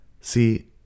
See